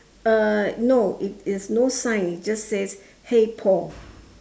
uh no it is no sign it just says hey paul